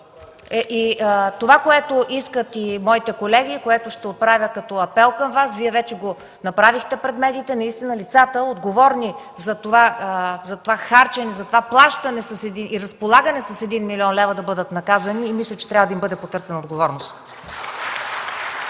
Това, което искат и моите колеги, което ще отправя като апел към Вас, Вие вече го направихте пред медиите, наистина лицата, отговорни за това харчене, за това плащане и разполагане с 1 млн. лева да бъдат наказани. Мисля, че трябва да им бъде потърсена отговорност.